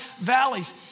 valleys